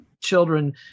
children